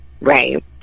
Right